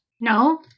No